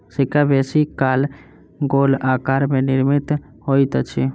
सिक्का बेसी काल गोल आकार में निर्मित होइत अछि